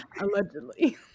Allegedly